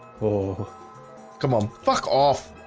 oh come on fuck off